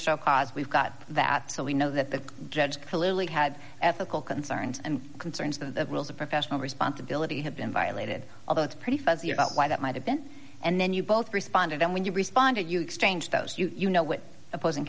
show cause we've got that so we know that the judge had ethical concerns and concerns of the rules of professional responsibility have been violated although it's pretty fuzzy about why that might have been and then you both responded and when you responded you exchanged those you do know what opposing